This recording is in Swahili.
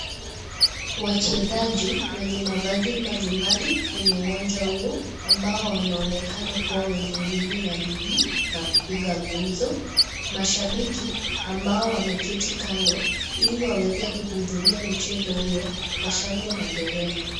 Wachezaji, wenye mavazi mbalimbali kwenye uwanja huu, ambao wanaonekana kuwa wenye nguvu na bidii, na kupiga gumzo. Mashabiki, ambao wameketi kando ili waweze kuhudhuria michezo hiyo kwa shangwe na nderemo.